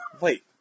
Wait